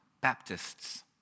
Baptists